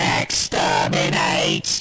Exterminate